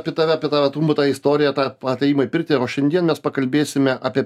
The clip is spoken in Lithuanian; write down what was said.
apie tave apie tavo trumpą tą istoriją tą atėjimą į pirtį o šiandien mes pakalbėsime apie